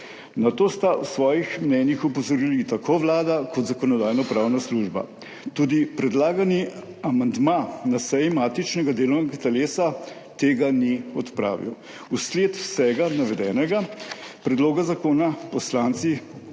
Na to sta v svojih mnenjih opozorili tako Vlada kot Zakonodajno-pravna služba. Tudi predlagani amandma na seji matičnega delovnega telesa tega ni odpravil. V sled vsega navedenega predloga zakona poslanci